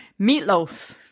meatloaf